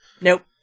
Nope